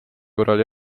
korral